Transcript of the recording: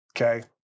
Okay